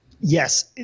Yes